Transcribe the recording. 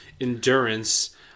endurance